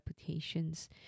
reputations